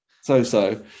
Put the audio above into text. so-so